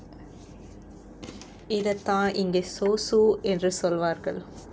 இத தான் இங்க:itha thaan inga so so என்று சொல்வார்கள்:endru solvaargal